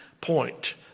point